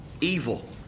evil